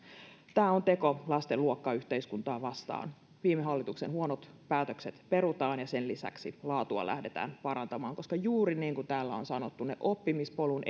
tämä on teko lasten luokkayhteiskuntaa vastaan viime hallituksen huonot päätökset perutaan ja sen lisäksi laatua lähdetään parantamaan koska juuri niin kuin täällä on sanottu ne oppimispolun